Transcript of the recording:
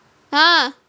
!huh!